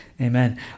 Amen